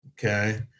okay